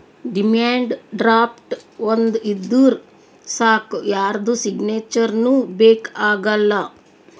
demand draft ಒಂದ್ ಇದ್ದೂರ್ ಸಾಕ್ ಯಾರ್ದು ಸಿಗ್ನೇಚರ್ನೂ ಬೇಕ್ ಆಗಲ್ಲ